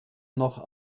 noch